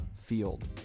Field